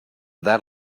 that